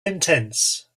intense